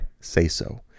say-so